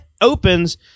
Opens